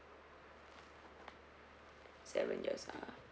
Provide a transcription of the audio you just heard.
seven years ah